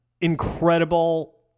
incredible